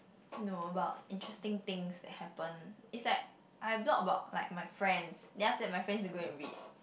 no about interesting things that happened is like I blog about like my friends then after that my friends go and read